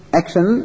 action